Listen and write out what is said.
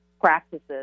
practices